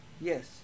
Yes